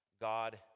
God